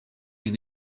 est